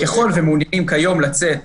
ככל שמעוניינים היום לצאת